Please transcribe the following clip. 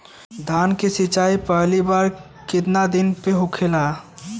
धान के सिचाई पहिला बार कितना दिन पे होखेला?